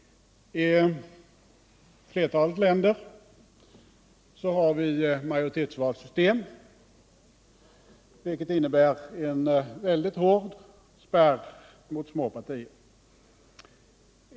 Flertalet länder har majoritetsvalsystem, vilket innebär en väldigt hård spärr mot små partier.